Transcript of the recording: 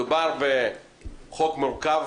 מדובר בחוק מורכב.